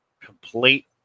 complete